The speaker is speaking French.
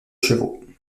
chevaux